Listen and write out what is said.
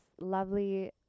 lovely